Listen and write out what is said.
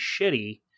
shitty